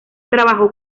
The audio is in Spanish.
trabajó